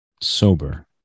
sober